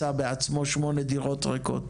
מצא בעצמו שמונה דירות ריקות,